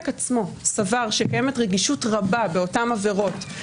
עצמו סבר שקיימת רגישות רבה באותן עבירות,